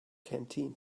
canteen